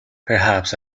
perhaps